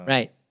Right